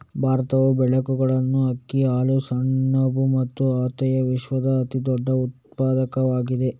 ಭಾರತವು ಬೇಳೆಕಾಳುಗಳು, ಅಕ್ಕಿ, ಹಾಲು, ಸೆಣಬು ಮತ್ತು ಹತ್ತಿಯ ವಿಶ್ವದ ಅತಿದೊಡ್ಡ ಉತ್ಪಾದಕವಾಗಿದೆ